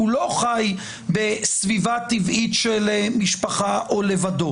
הוא לא חי בסביבה טבעית של משפחה או לבדו.